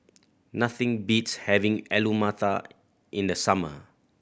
nothing beats having Alu Matar in the summer